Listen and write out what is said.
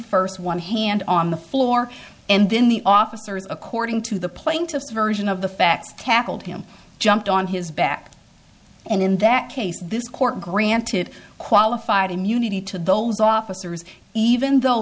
first one hand on the floor and then the officers according to the plaintiff's version of the facts tackled him jumped on his back and in that case this court granted qualified immunity to those officers even though